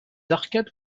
arcades